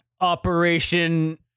Operation